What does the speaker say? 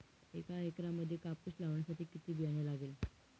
एका एकरामध्ये कापूस लावण्यासाठी किती बियाणे लागेल?